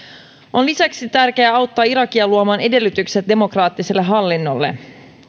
on lisäksi tärkeää auttaa irakia luomaan edellytykset demokraattiselle hallinnolle